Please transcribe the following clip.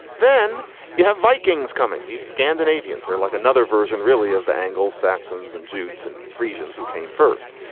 then you have vikings coming these scandinavians are like another version really of the anglo saxons and jews and friedan's who came first.